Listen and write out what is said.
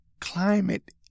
climate